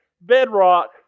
bedrock